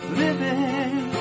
living